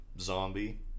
zombie